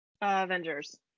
Avengers